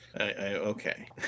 Okay